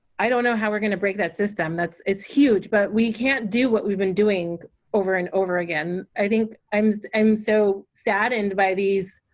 i don't know how we're gonna break that system, it's huge, but we can't do what we've been doing over and over again i think i'm so i'm so saddened by these